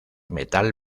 metal